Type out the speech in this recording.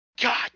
god